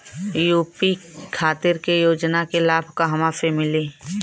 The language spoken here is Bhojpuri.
यू.पी खातिर के योजना के लाभ कहवा से मिली?